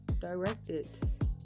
directed